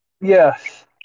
Yes